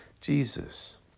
Jesus